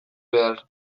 behar